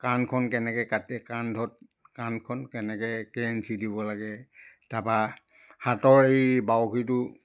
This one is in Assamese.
কাণখন কেনেকৈ কাটি কান্ধত কাণখন কেনেকৈ কেই ইঞ্চি দিব লাগে তাপা হাতৰ এই বাউসীটো